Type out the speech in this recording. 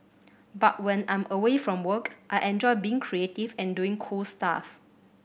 but when I'm away from work I enjoy being creative and doing cool stuff